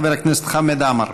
חבר הכנסת חמד עמאר.